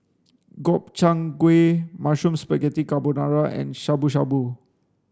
Gobchang Gui Mushroom Spaghetti Carbonara and Shabu Shabu